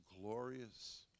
glorious